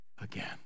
again